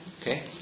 Okay